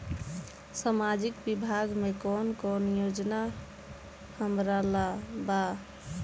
सामाजिक विभाग मे कौन कौन योजना हमरा ला बा?